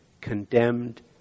condemned